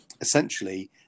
essentially